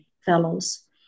fellows